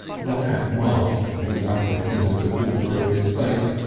the hat masked the upper sinister quarter of his face,